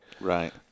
Right